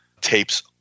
tapes